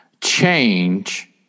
change